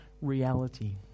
reality